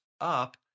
up